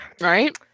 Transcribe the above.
Right